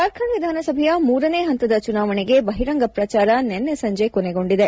ಜಾರ್ಖಂಡ್ ವಿಧಾನಸಭೆಯ ಮೂರನೇ ಹಂತದ ಚುನಾವಣೆಗೆ ಬಹಿರಂಗ ಪ್ರಚಾರ ನಿನ್ನೆ ಸಂಜೆ ಕೊನೆಗೊಂಡಿದೆ